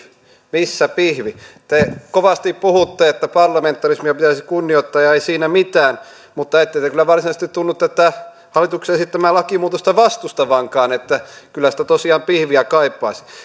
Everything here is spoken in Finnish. missä pihvi te kovasti puhutte että parlamentarismia pitäisi kunnioittaa ja ei siinä mitään mutta ette te kyllä varsinaisesti tunnu tätä hallituksen esittämää lakimuutosta vastustavankaan että kyllä sitä tosiaan pihviä kaipaisi